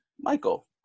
Michael